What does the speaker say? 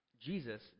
Jesus